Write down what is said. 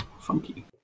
funky